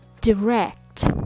direct